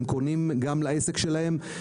הם קונים גם לעסק שלהם,